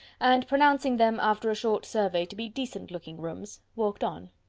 and pronouncing them, after a short survey, to be decent looking rooms, walked on.